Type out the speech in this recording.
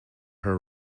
her